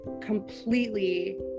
completely